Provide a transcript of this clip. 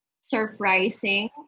surprising